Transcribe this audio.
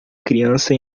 criança